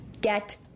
Get